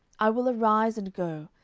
i will arise and go,